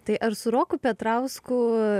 tai ar su roku petrausku